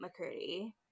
McCurdy